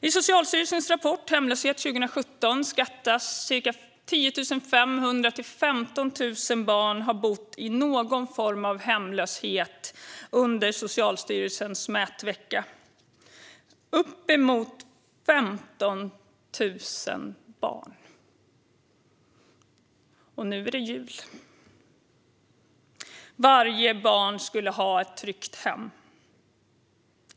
I Socialstyrelsens rapport Hemlöshet 2017 uppskattades ca 10 500-15 000 barn ha bott i någon form av hemlöshet under Socialstyrelsens mätvecka - uppemot 15 000 barn! Och nu är det jul. Varje barn ska ha ett tryggt hem.